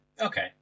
Okay